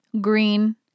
green